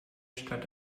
stadt